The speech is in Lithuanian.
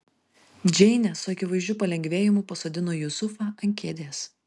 džeinė su akivaizdžiu palengvėjimu pasodino jusufą ant kėdės